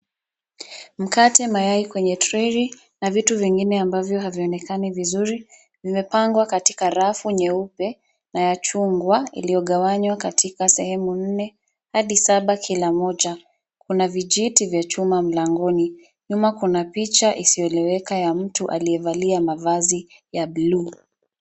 Mkate, mayai kwenye trei na vitu vingine ambavyo havionekani vizuri vimepangwa katika rafu nyeupe na ya chungwa iliyogawanywa katika sehemu nne hadi saba kila moja. Kuna vijiti vya chuma mlangoni. Nyuma kuna picha isiyoeleweka ya mtu asiyeonekana vizuri aliyevalia mavazi ya buluu.